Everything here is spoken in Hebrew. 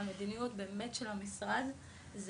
המדיניות באמת של המשרד היא